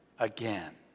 Again